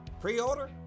Pre-order